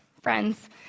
friends